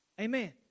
Amen